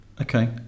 Okay